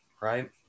right